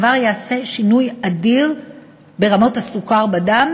הדבר יעשה שינוי אדיר ברמות הסוכר בדם